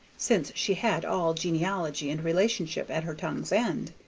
since she had all genealogy and relationship at her tongue's end.